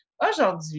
Aujourd'hui